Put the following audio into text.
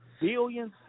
billions